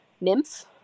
nymph